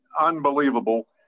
unbelievable